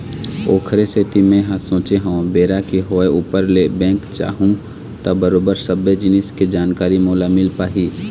ओखरे सेती मेंहा सोचे हव बेरा के होय ऊपर ले बेंक जाहूँ त बरोबर सबे जिनिस के जानकारी मोला मिल पाही